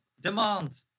Demand